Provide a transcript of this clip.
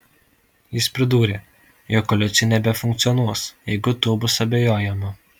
jis pridūrė jog koalicija nebefunkcionuos jeigu tuo bus abejojama